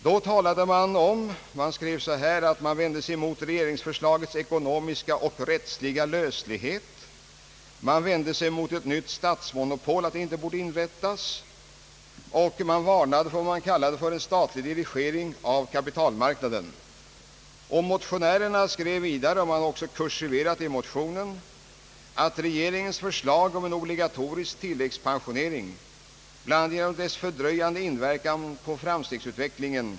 Då vände man sig mot, som det hette, regeringsförslagets >ekonomiska och rättsliga löslighei> och mot »ett nytt statsmonopol», som inte borde inrättas. Man varnade för vad man kallade en »statlig dirigering av kapitalmarknaden». Motionärerna skrev vidare — man hade t.o.m. kursiverat det i motionen — »att man skulle söka avvärja regeringens förslag om en obli gatorisk tilläggspensionering bland annat därför att den skulle ha en fördröjande inverkan på framstegsuivecklingen».